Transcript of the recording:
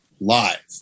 Live